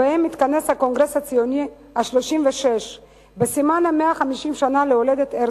שבהם מתכנס הקונגרס הציוני ה-38 בסימן 150 שנה להולדת הרצל,